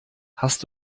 hast